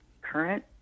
current